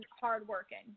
hardworking